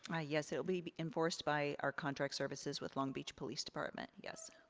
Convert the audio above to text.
yes, it'll be be enforced by our contract services with long beach police department, yes.